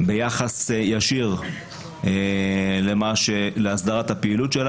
ביחס ישיר להסדרת הפעילות שלהם,